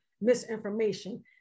misinformation